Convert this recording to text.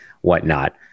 whatnot